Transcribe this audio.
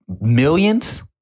millions